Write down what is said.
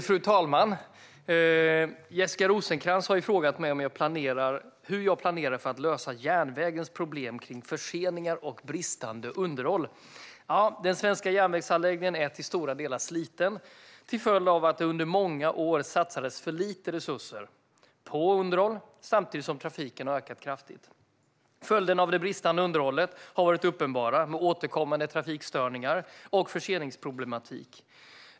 Fru talman! Jessica Rosencrantz har frågat mig hur jag planerar för att lösa järnvägens problem kring förseningar och bristande underhåll. Den svenska järnvägsanläggningen är till stora delar sliten till följd av att det under många år har satsats för lite resurser på underhåll samtidigt som trafiken har ökat kraftigt. Följderna av det bristande underhållet har varit uppenbara med återkommande trafikstörningar och förseningsproblematik.